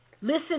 Listen